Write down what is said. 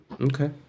Okay